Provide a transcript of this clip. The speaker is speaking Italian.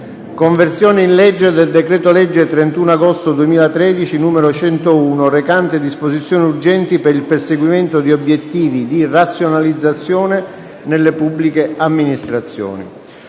«Conversione in legge del decreto-legge 31 agosto 2013, n. 101, recante disposizioni urgenti per il perseguimento di obiettivi di razionalizzazione nelle pubbliche amministrazioni»